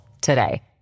today